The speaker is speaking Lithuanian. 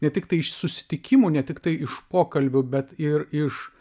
ne tiktai iš susitikimų ne tiktai iš pokalbių bet ir iš